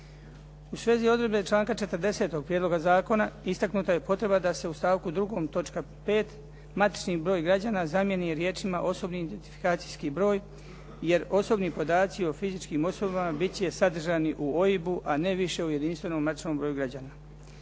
U svezi odredbe članka 40. prijedloga zakona, istaknuta je potreba da se u stavku 2. točka 5. matični broj građana zamijeni riječima: "osobni identifikacijski broj" jer osobni podaci o fizičkim osobama bit će sadržani u OIB-u a ne više u jedinstvenom matičnom broju građana.